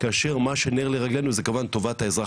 כאשר מה שנר לרגלינו זה כמובן טובת האזרח,